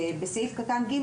בסעיף קטן (ג),